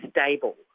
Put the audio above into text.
stable